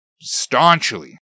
staunchly